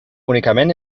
únicament